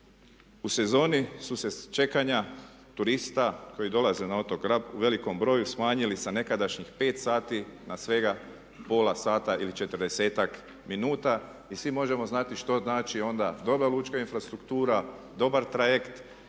U sezoni su se čekanja turista koji dolaze na otok Rab u velikom broju smanjili sa nekadašnjih 5 sati na svega pola sata ili 40-ak minuta. I svi možemo znati što znači onda dobra lučka infrastruktura, dobar trajekt